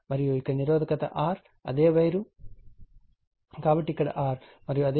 మరియు ఇక్కడ నిరోధకత R అదే వైర్ కాబట్టి ఇక్కడ R మరియు అదే పొడవు ఉంటుంది